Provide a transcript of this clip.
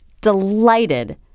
delighted